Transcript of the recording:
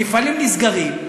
מפעלים נסגרים,